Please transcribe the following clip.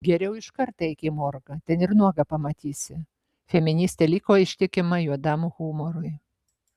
geriau iškart eik į morgą ten ir nuogą pamatysi feministė liko ištikima juodam humorui